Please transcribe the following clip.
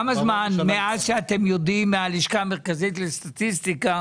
כמה זמן מאז שאתם יודעים מהלשכה המרכזית לסטטיסטיקה